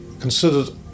considered